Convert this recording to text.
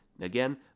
Again